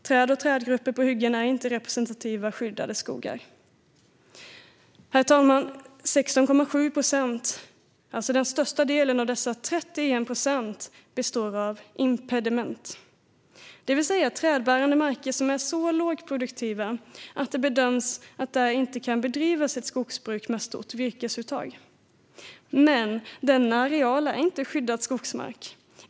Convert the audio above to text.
Träd och trädgrupper på hyggena är inte representativa skyddade skogar. Herr talman! 16,7 procent, alltså den största delen av dessa 31 procent, består av impediment, det vill säga trädbärande marker som är så lågproduktiva att det bedöms att där inte kan bedrivas ett skogsbruk med stort virkesuttag. Men denna areal är inte skyddad skogsmark.